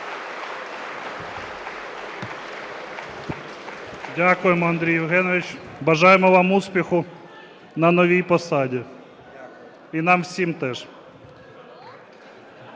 Дякуємо, Андрій Євгенович. Бажаємо вам успіху на новій посаді і нам всім теж.